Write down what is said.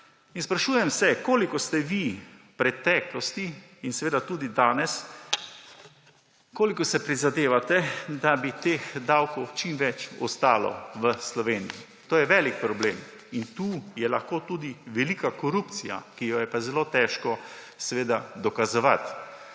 Sprašujem se, koliko si vi v preteklosti in seveda tudi danes prizadevate, da bi teh davkov čim več ostalo v Sloveniji. To je velik problem in tu je lahko tudi velika korupcija, ki jo je pa zelo težko dokazovati.